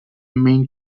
main